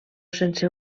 sense